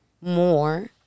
more